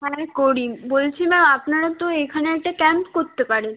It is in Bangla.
মানে আমি করি বলছি ম্যাম আপনারা তো এখানে একটা ক্যাম্প করতে পারেন